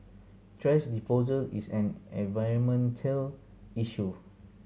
thrash disposal is an environmental issue